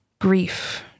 grief